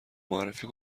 معرفی